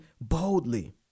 boldly